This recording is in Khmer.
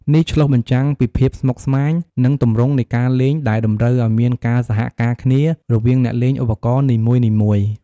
នេះឆ្លុះបញ្ចាំងពីភាពស្មុគស្មាញ និងទម្រង់នៃការលេងដែលតម្រូវឱ្យមានការសហការគ្នារវាងអ្នកលេងឧបករណ៍នីមួយៗ។